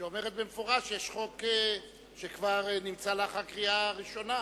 שאומרת במפורש שכבר יש חוק לאחר קריאה ראשונה.